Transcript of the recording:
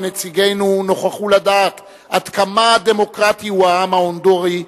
ונציגינו נוכחו לדעת עד כמה דמוקרטי הוא העם ההונדורי,